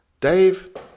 Dave